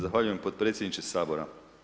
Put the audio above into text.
Zahvaljujem potpredsjedniče Sabora.